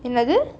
என்னது:ennathu